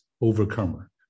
overcomer